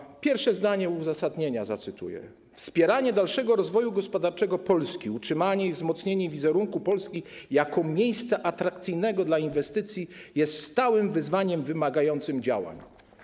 Zacytuję pierwsze zdanie uzasadnienia: Wspieranie dalszego rozwoju gospodarczego Polski, utrzymanie i wzmocnienie wizerunku Polski jako miejsca atrakcyjnego dla inwestycji jest stałym wyzwaniem wymagającym działań.